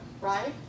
right